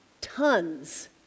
tons